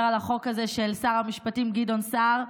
על החוק הזה של שר המשפטים גדעון סער,